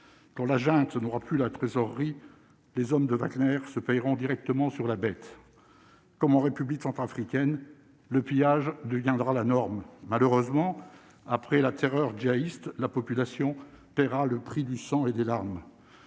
quand la junte n'aura plus la trésorerie, les hommes de Wagner se payeront directement sur la bête, comme en République centrafricaine, le pillage deviendra la norme, malheureusement après la terreur jihadiste la population paiera le prix du sang et des larmes,